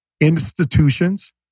institutions